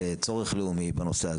כצורך לאומי בנושא הזה,